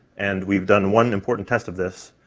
and we've done one important test of this,